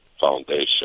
foundation